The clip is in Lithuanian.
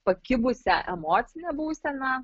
pakibusia emocine būsena